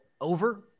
over